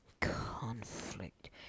conflict